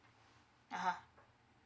ah !huh!